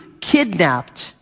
kidnapped